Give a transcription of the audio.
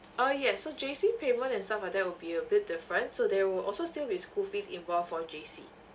ah yes so J_C payment and stuff like that will be a bit different so there will also still be school fees involved for J_C